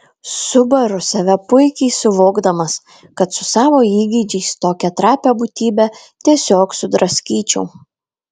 subaru save puikiai suvokdamas kad su savo įgeidžiais tokią trapią būtybę tiesiog sudraskyčiau